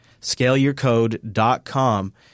ScaleYourCode.com